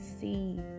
see